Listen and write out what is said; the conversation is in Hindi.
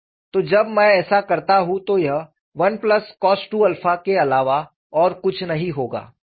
तो जब मैं ऐसा करता हूं तो यह 1 cos 2 के अलावा और कुछ नहीं होगा